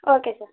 okay sir